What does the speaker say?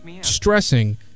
stressing